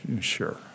sure